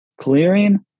Clearing